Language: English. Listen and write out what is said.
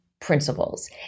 principles